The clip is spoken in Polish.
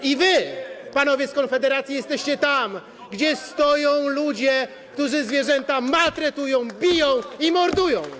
I wy, panowie z Konfederacji, jesteście tam, gdzie stoją ludzie, którzy zwierzęta maltretują, biją i mordują.